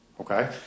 okay